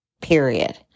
period